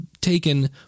taken